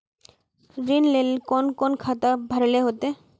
ऋण लेल कोन कोन खाता भरेले होते?